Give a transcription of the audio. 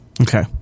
Okay